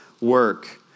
work